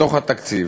בתוך התקציב,